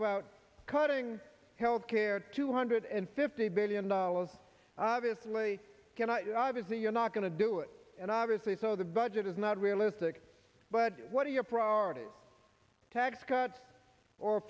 about cutting health care two hundred and fifty billion dollars obviously obviously you're not going to do it and obviously so the budget is not realistic but what are your priorities tax cuts or